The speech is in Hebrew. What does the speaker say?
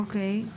אוקיי.